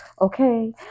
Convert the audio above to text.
okay